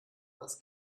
was